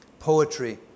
poetry